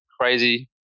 crazy